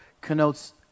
connotes